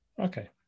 Okay